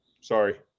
Sorry